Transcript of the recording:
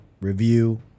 review